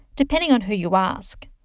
depending on who you ask.